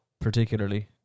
particularly